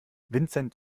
vincent